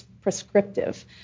prescriptive